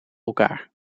elkaar